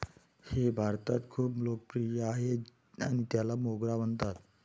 हे भारतात खूप लोकप्रिय आहे आणि त्याला मोगरा म्हणतात